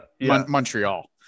Montreal